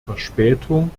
verspätung